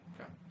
Okay